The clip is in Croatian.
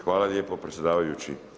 Hvala lijepo predsjedavajući.